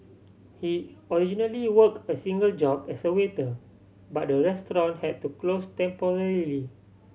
he originally work a single job as a waiter but the restaurant had to close temporarily